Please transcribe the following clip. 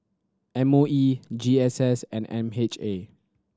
M O E G S S and M H A